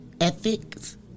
ethics